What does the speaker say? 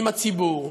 עם הציבור,